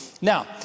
Now